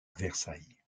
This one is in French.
versailles